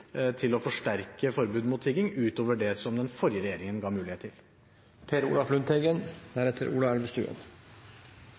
til å forsterke forbudet mot tigging utover det den forrige regjeringen ga mulighet til.